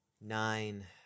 Nine